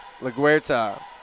LaGuerta